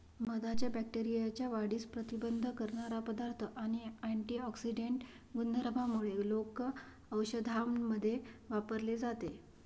मधाच्या बॅक्टेरियाच्या वाढीस प्रतिबंध करणारा पदार्थ आणि अँटिऑक्सिडेंट गुणधर्मांमुळे लोक औषधांमध्ये वापरले जाते